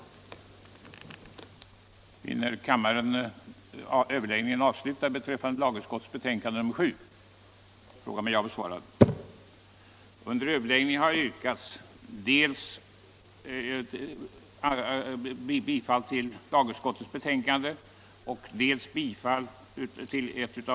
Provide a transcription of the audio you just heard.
den det ej vill röstar nej.